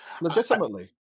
Legitimately